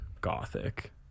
Gothic